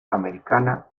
americana